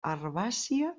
herbàcia